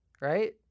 Right